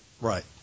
right